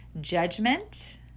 judgment